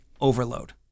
overload